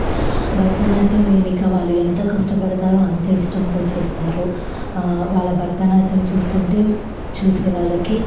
భరతనాట్యం వేయడానికి వాళ్ళు ఎంతో కష్టపడతారో అంతే ఇష్టంతో చేస్తారు వాళ్ళ భరతనాట్యం చూస్తుంటే చూసేవాళ్ళకి